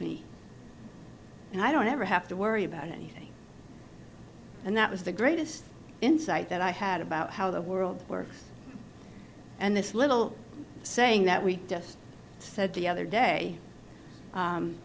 me and i don't ever have to worry about anything and that was the greatest insight that i had about how the world works and this little saying that we just said the other day